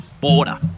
Border